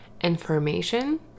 information